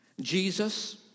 Jesus